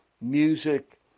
music